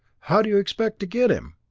how do you expect to get him?